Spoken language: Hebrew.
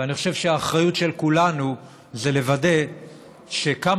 ואני חושב שהאחריות של כולנו היא לוודא שכמה